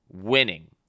winning